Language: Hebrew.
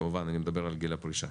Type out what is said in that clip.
כמובן אני מדבר על גיל הפרישה.